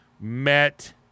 met